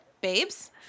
Babes